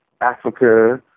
Africa